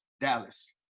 Dallas